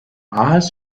áthas